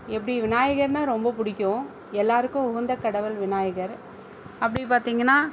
எப்படி விநாயகர்னா ரொம்ப பிடிக்கும் எல்லோருக்கும் உகந்த கடவுள் விநாயகர் அப்படி பார்த்தீங்கன்னா